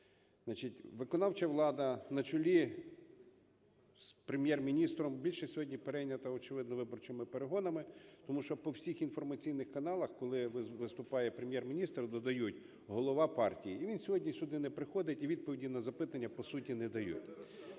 виконавча влада на чолі з Прем'єр-міністром більше сьогодні перейнята, очевидно, виборчими перегонами, тому що по всіх інформаційних каналах, коли виступає Прем'єр-міністр, додають: голова партії. І він сьогодні сюди не приходить і відповіді на запитання по суті не дає.